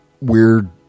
weird